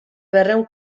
berrehun